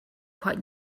quite